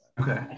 Okay